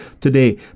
today